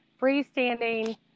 freestanding